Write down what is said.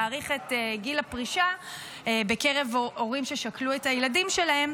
להאריך את גיל הפרישה בקרב הורים ששכלו את הילדים שלהם: